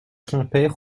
quimper